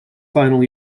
final